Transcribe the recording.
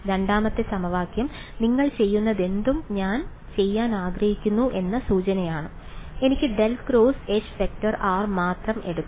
രണ്ടാമത്തെ സമവാക്യം നിങ്ങൾ ചെയ്യുന്നതെന്തും ഞാൻ ചെയ്യാൻ ആഗ്രഹിക്കുന്നു എന്ന സൂചനയാണ് എനിക്ക് ∇× H→ മാത്രം എടുക്കണം